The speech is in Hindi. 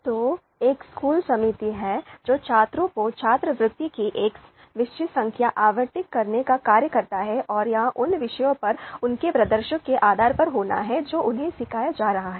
तो एक स्कूल समिति है जो छात्रों को छात्रवृत्ति की एक निश्चित संख्या आवंटित करने का कार्य करती है और यह उन विषयों पर उनके प्रदर्शन के आधार पर होना है जो उन्हें सिखाया जा रहा है